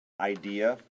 idea